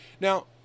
now